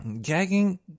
gagging